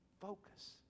Focus